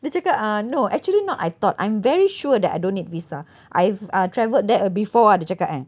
dia cakap ah no actually not I thought I'm very sure that I don't need visa I have uh travelled there uh before dia cakap